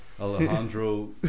Alejandro